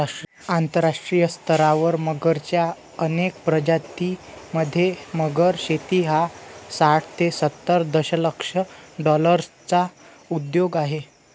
आंतरराष्ट्रीय स्तरावर मगरच्या अनेक प्रजातीं मध्ये, मगर शेती हा साठ ते सत्तर दशलक्ष डॉलर्सचा उद्योग आहे